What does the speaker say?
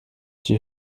die